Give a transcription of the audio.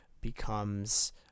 becomes